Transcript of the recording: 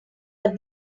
but